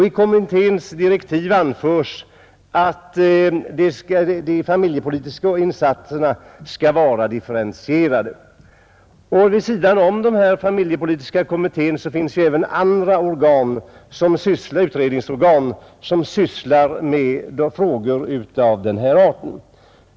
I kommitténs direktiv anförs att de familjepolitiska insatserna skall vara differentierade, och vid sidan om denna familjepolitiska kommitté sysslar ju även andra utredningsorgan med frågor av den här arten.